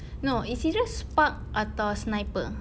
no it's either spark atau sniper